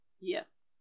Yes